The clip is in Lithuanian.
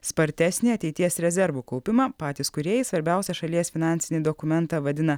spartesnį ateities rezervų kaupimą patys kūrėjai svarbiausią šalies finansinį dokumentą vadina